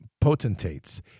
potentates